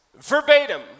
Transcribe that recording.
Verbatim